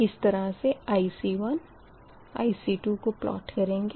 इस तरह से IC1 IC2 को प्लॉट करेंगे